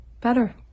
better